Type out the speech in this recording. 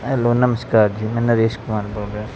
hello ਨਮਸਕਾਰ ਜੀ ਮੈਂ ਨਰੇਸ਼ ਕੁਮਾਰ ਬੋਲ ਰਿਹਾ